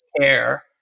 care